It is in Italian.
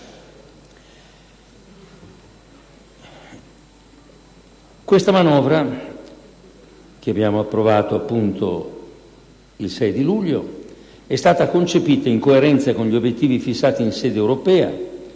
La manovra che abbiamo approvato il 6 luglio è stata concepita in coerenza con gli obiettivi fissati in sede europea,